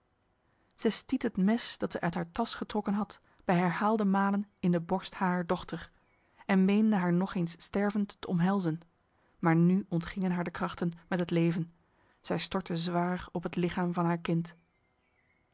zij stiet het mes dat zij uit haar tas getrokken had bij herhaalde malen in de borst harer dochter en meende haar nog eens stervend te omhelzen maar nu ontgingen haar de krachten met het leven zij stortte zwaar op het lichaam van haar kind